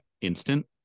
instant